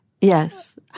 Yes